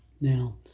Now